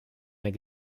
mehr